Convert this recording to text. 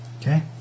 Okay